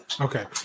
Okay